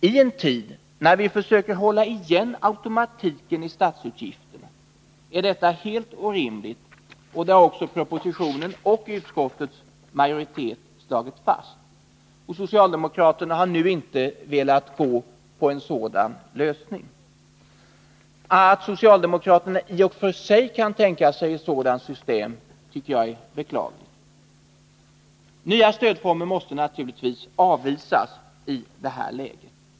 I en tid när vi försöker hålla igen automatiken i statsutgifterna är detta helt orimligt, och det har också propositionen och utskottets majoritet slagit fast. Socialdemokraterna har nu inte velat gå med på en sådan lösning. Att socialdemokraterna i och för sig kan tänka sig ett sådant system tycker jag är beklagligt. Nya stödformer måste naturligtvis avvisas i detta läge.